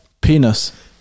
Penis